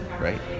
right